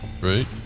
right